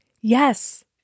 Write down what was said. Yes